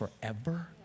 forever